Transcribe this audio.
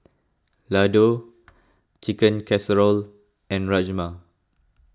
Ladoo Chicken Casserole and Rajma